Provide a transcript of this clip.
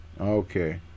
okay